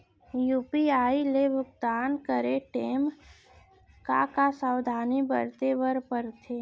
UPI ले भुगतान करे टेम का का सावधानी बरते बर परथे